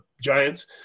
Giants